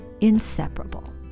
inseparable